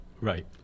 Right